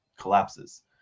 collapses